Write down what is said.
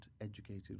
educated